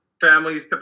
Families